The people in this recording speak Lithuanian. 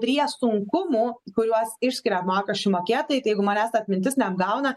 prie sunkumų kuriuos išskiria mokesčių mokėtojai tai jeigu manęs atmintis neapgauna